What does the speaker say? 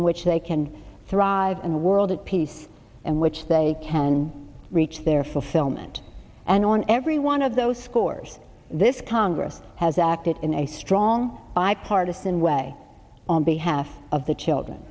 which they can thrive in a world of peace in which they can reach their fulfillment and on every one of those scores this congress has acted in a strong bipartisan way on behalf of the children